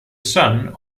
sun